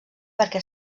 perquè